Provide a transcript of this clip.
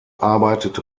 arbeitet